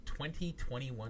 2021